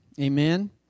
Amen